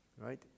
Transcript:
right